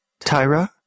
Tyra